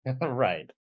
Right